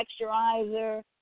texturizer